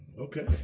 Okay